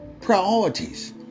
priorities